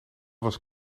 was